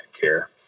care